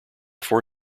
four